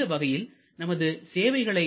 இந்த வகையில் நமது சேவைகளை